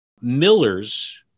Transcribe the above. Miller's